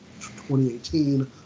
2018